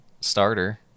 starter